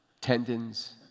tendons